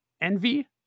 envy